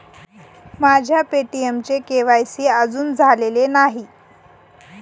माझ्या पे.टी.एमचे के.वाय.सी अजून झालेले नाही